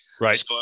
Right